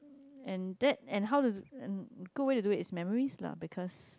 and that and how does and good way to do it is memories lah because